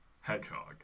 Hedgehog